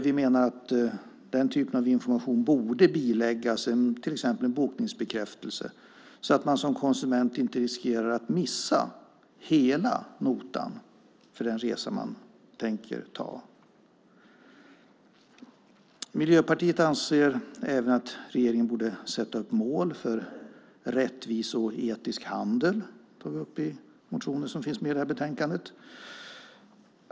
Vi menar att den typen av information borde biläggas till exempel en bokningsbekräftelse så att man som konsument inte riskerar att missa hela notan för den resa man tänker göra. Miljöpartiet anser även att regeringen borde sätta upp mål för rättvisehandel och etisk handel. Det tar vi upp i motioner som finns med i betänkandet.